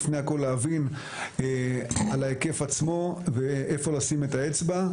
לפני הכול להבין לגבי ההיקף עצמו ואיפה לשים את האצבע,